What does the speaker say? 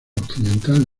occidental